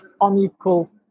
unequal